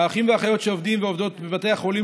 האחים והאחיות שעובדים ועובדות בבתי החולים